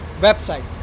website